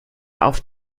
auf